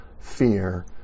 fear